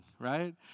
right